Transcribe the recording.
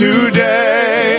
Today